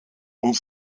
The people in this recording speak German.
und